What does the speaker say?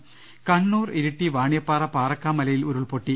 ള്ളിട്ടുള കണ്ണൂർ ഇരിട്ടി വാണിയപ്പാറ പാറക്കാമലയിൽ ഉരുൾപ്പൊട്ടി